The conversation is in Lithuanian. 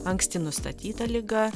anksti nustatyta liga